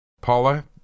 Paula